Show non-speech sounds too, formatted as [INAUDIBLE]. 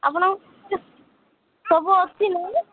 ଆପଣ [UNINTELLIGIBLE] ସବୁ ଅଛି ନା